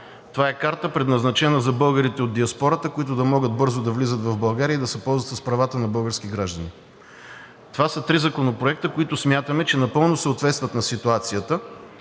Това е карта, предназначена за българите от диаспората, които да могат бързо да влизат в България и да се ползват с правата на български граждани. Това са три законопроекта, които смятаме, че напълно съответстват на ситуацията